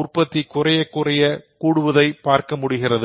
உற்பத்தி குறைய குறைய கூடுவதை பார்க்க முடிகிறது